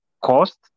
cost